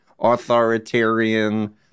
authoritarian